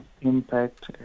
impact